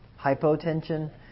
hypotension